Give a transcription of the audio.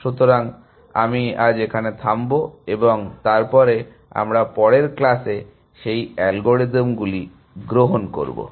সুতরাং আমি এখানে থামব এবং তারপরে আমরা পরের ক্লাসে সেই অ্যালগরিদমগুলি গ্রহণ করব